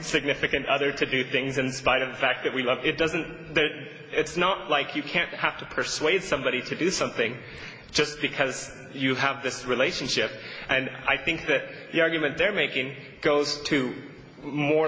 significant other to do things in spite of the fact that we love it doesn't that it's not like you can't have to persuade somebody to do something just because you have this relationship and i think that the argument they're making goes to more